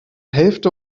hälfte